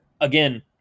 Again